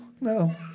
no